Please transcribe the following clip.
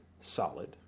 solid